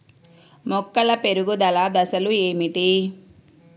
మొక్కల పెరుగుదల దశలు ఏమిటి?